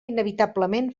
inevitablement